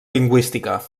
lingüística